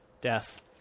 death